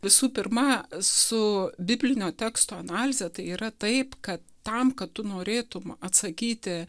visų pirma su biblinio teksto analize tai yra taip kad tam kad tu norėtum atsakyti